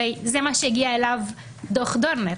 הרי לזה הגיע דוח דורנר